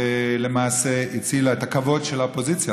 ולמעשה הצילה את הכבוד של האופוזיציה,